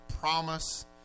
promise